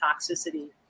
toxicity